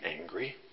angry